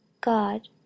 god